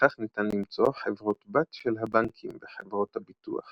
וכך ניתן למצוא חברות בת של הבנקים וחברות הביטוח